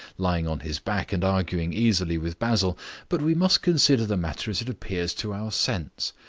lying on his back and arguing easily with basil but we must consider the matter as it appears to our sense.